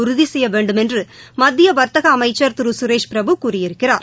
உறுதி செய்ய வேண்டுமென்று மத்திய வாத்தக அமைச்சா் திரு சுரேஷ் பிரபு கூறியிருக்கிறார்